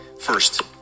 first